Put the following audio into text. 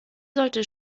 sollte